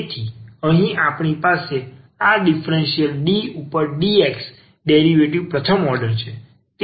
તેથી અહીં આપણી પાસે આ ડીફરશીયલ d ઉપર dx ડેરિવેટિવ પ્રથમ ઓર્ડર છે